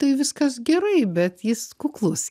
tai viskas gerai bet jis kuklus